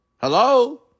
Hello